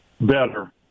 better